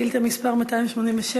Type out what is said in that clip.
שאילתה מס' 287,